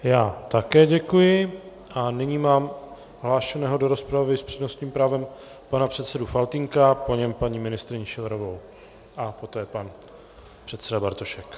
Já také děkuji a nyní mám hlášeného do rozpravy s přednostním právem pana předsedu Faltýnka, po něm paní ministryni Schillerovou a poté pan předseda Bartošek.